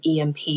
EMP